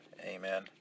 Amen